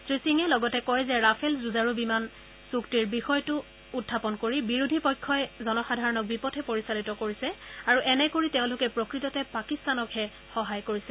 শ্ৰীসিঙে লগতে কয় যে ৰাফেল যুঁজাৰু বিমান চুক্তিৰ বিষয়টো উখাপ কৰি বিৰোধী পক্ষই জনসাধাৰণক বিপথে পৰিচালিত কৰিছে আৰু এনে কৰি তেওঁলোকে প্ৰকৃততে পাকিস্তানৰহে সহায় কৰিছে